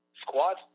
Squad